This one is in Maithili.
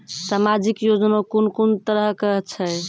समाजिक योजना कून कून तरहक छै?